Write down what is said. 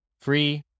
Free